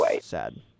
sad